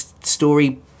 story